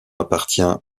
appartient